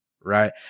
Right